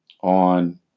on